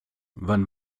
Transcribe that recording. wann